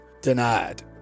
denied